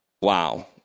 wow